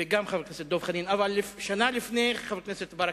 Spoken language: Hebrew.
וגם חבר הכנסת דב חנין.